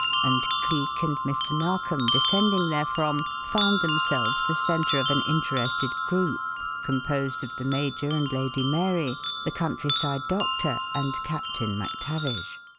and cleek and mr. narkom descending therefrom found themselves the centre of an interested group composed of the major and lady mary, the countryside doctor, and captain mactavish.